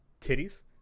titties